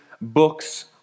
books